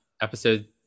episode